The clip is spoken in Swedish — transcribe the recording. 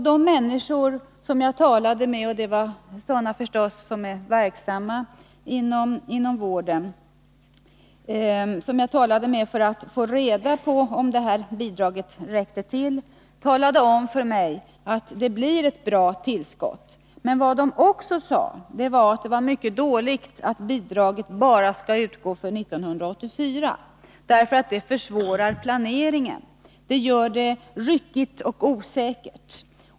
De människor som jag talade med för att få reda på om bidraget räckte — det var förstås sådana som var verksamma inom vården — talade om för mig att det blir ett bra tillskott. Men de sade också att det var mycket dåligt att bidraget skall utgå bara för 1984. Det försvårar nämligen planeringen och gör det hela ryckigt och osäkert.